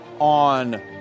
on